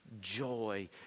joy